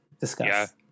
discuss